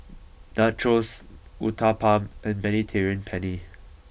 Nachos Uthapam and Mediterranean Penne